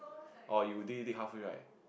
oh you dig it halfway right